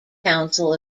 council